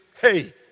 hey